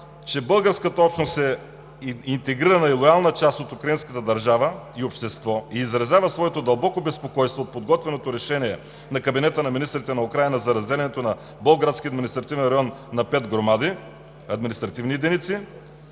че българската общност е интегрирана и лоялна част от украинската държава и общество и изразява своето дълбоко безпокойство от подготвяното решение на Кабинета на министрите на Украйна за разделянето на Болградския административен район на пет громади – административни единици;